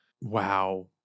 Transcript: Wow